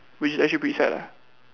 which is actually pretty sad lah